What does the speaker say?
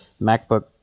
MacBook